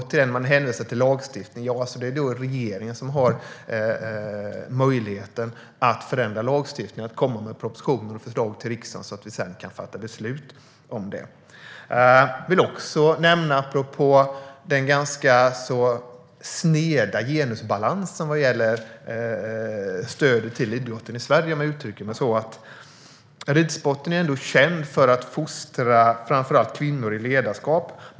Det hänvisas till lagstiftning. Men det är regeringen som har möjlighet att förändra lagstiftningen - att lägga fram propositioner och förslag i riksdagen, så att vi sedan kan fatta beslut. Jag vill också nämna något apropå den ganska sneda genusbalansen vad gäller stödet till idrotten i Sverige, om jag uttrycker mig så. Ridsporten är känd för att fostra framför allt kvinnor i ledarskap.